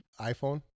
iPhone